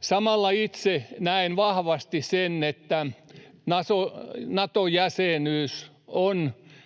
Samalla itse näen vahvasti sen, että Nato-jäsenyys on